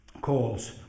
calls